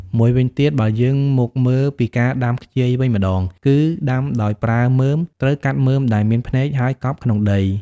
មួយវិញទៀត បើយើងមកមើលពីការដាំខ្ជាយវិញម្តង គឺដាំដោយប្រើមើម ត្រូវកាត់មើមដែលមានភ្នែក ហើយកប់ក្នុងដី។